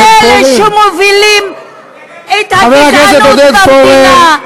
אתם אלה שמובילים את הגזענות במדינה,